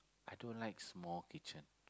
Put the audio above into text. I don't like small kitchen